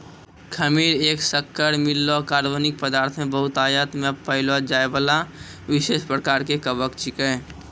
खमीर एक शक्कर मिललो कार्बनिक पदार्थ मे बहुतायत मे पाएलो जाइबला विशेष प्रकार के कवक छिकै